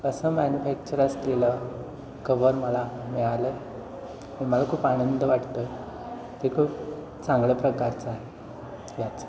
असं मॅन्युफॅक्चर असलेलं कव्हर मला मिळालं मला खूप आनंद वाटतो आहे ते खूप चांगल्या प्रकारचं आहे याचा